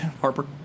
Harper